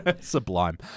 Sublime